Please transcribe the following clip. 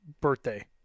birthday